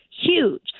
Huge